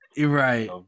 Right